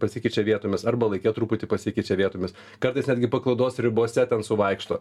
pasikeičia vietomis arba laike truputį pasikeičia vietomis kartais netgi paklaidos ribose ten suvaikšto